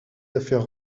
affaires